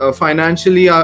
financially